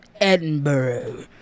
Edinburgh